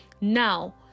Now